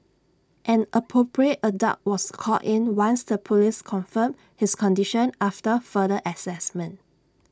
an appropriate adult was called in once the Police confirmed his condition after further Assessment